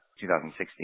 2016